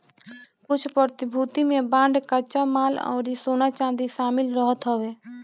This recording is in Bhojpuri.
कुछ प्रतिभूति में बांड कच्चा माल अउरी सोना चांदी शामिल रहत हवे